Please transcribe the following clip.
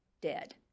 dead